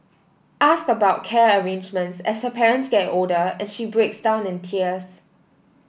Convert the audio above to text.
ask about care arrangements as her parents get older and she breaks down in tears